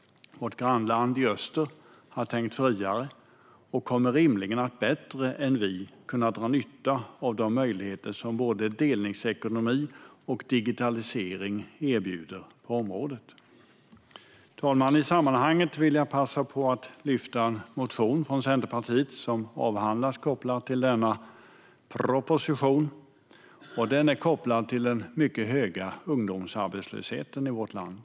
Vårt grannland i öster har tänkt friare och kommer rimligen att på ett bättre sätt än vi kunna dra nytta av de möjligheter som både delningsekonomi och digitalisering erbjuder på området. Fru talman! I sammanhanget vill jag passa på att lyfta fram en motion från Centerpartiet som avhandlats i samband med denna proposition. Vår motion har kopplingar till den mycket höga ungdomsarbetslösheten i vårt land.